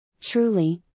Truly